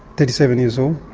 thirty seven years old.